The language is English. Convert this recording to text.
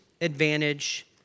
advantage